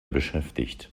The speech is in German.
beschäftigt